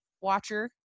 watcher